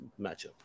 matchup